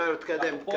חבר'ה, להתקדם.